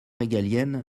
régalienne